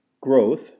growth